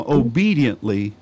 obediently